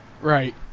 Right